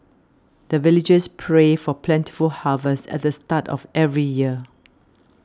the villagers pray for plentiful harvest at the start of every year